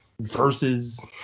Versus